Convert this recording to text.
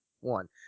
one